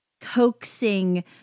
coaxing